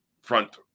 front